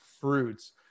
fruits